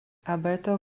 alberto